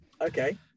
Okay